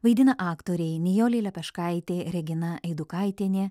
vaidina aktoriai nijolė lepeškaitė regina eidukaitienė